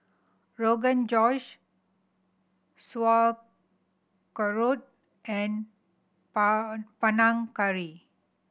Rogan Josh Sauerkraut and Pang Panang Curry